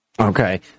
Okay